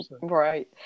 Right